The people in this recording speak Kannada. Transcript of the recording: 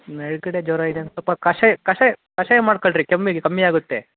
ನೆಗಡಿ ಜ್ವರ ಇದೆ ಅಂದ್ರ್ ಸೊಲ್ಪ ಕಷಾಯ ಕಷಾಯ ಕಷಾಯ ಮಾಡ್ಕೊಳ್ರಿ ಕೆಮ್ಮಿಗೆ ಕಮ್ಮಿ ಆಗುತ್ತೆ